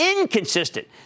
inconsistent